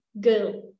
girl